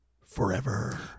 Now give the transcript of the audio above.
forever